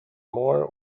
more